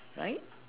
right